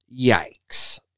Yikes